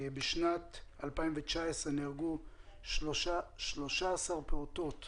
בשנת 2019 נהרגו 13 פעוטות